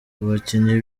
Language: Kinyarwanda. abakinnyi